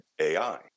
AI